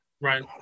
right